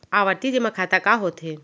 आवर्ती जेमा खाता का होथे?